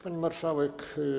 Pani Marszałek!